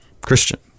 Christian